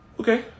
Okay